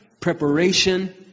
preparation